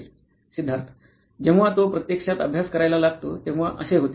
सिद्धार्थ जेव्हा तो प्रत्यक्षात अभ्यास करायला लागतो तेव्हा असे होते